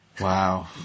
Wow